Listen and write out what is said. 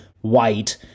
white